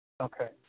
Okay